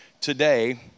today